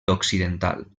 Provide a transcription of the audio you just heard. occidental